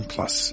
Plus